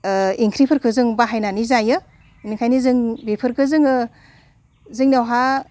इंख्रिफोरखो जों बाहायनानै जायो इनिखायनो जों बेफोरखो जोङो जोंनियावहा